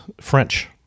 French